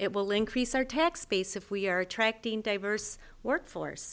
it will increase our tax base if we are attracting diverse workforce